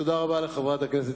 תודה רבה לחברת הכנסת